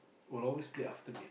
will always play after